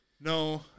no